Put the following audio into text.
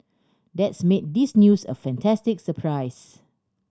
that's made this news a fantastic surprise